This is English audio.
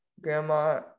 Grandma